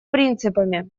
принципами